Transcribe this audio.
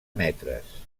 metres